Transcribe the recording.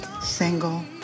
single